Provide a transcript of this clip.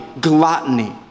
gluttony